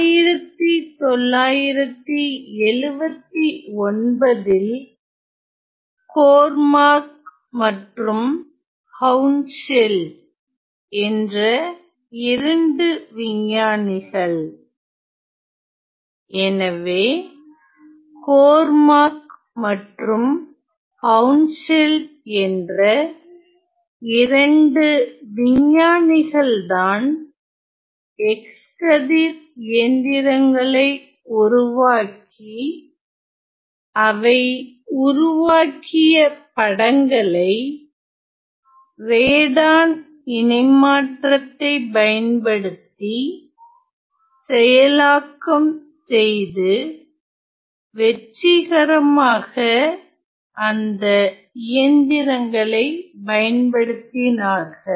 1979 ல் கோர்மாக் மற்றும் ஹவுன்செல்ட் என்ற இரண்டு விஞ்ஞானிகள்எனவே கோர்மாக் மற்றும் ஹவுன்செல்ட் என்ற இரண்டு விஞ்ஞானிகள்தான் x கதிர் இயந்திரங்களை உருவாக்கி அவை உருவாக்கிய படங்களை ரேடான் இணைமாற்றத்தை பயன்படுத்தி செயலாக்கம் செய்து வெற்றிகரமாக அந்த இயந்திரங்களை பயன்படுத்தினார்கள்